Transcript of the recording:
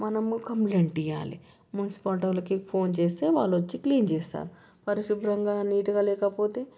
మనము కంప్లైంట్ ఇయాలి మున్సిపాలిటి వాళ్ళకి ఫోన్ చేస్తే వాళ్ళు వచ్చి క్లీన్ చేస్తారు పరిశుభ్రంగా నీటుగా లేకపోతే